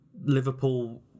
Liverpool